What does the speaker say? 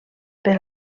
per